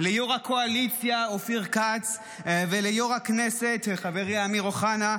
ליו"ר הקואליציה אופיר כץ וליו"ר הכנסת חברי אמיר אוחנה,